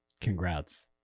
Congrats